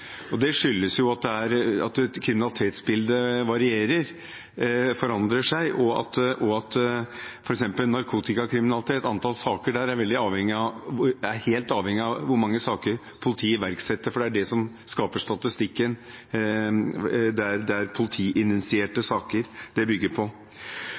Det skyldes at kriminalitetsbildet varierer, forandrer seg, og at f.eks. antall saker innen narkotikakriminalitet er helt avhengig av hvor mange saker politiet initierer. Det er det som skaper statistikken, det er politiinitierte saker den bygger på.